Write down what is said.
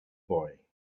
boy